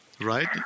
Right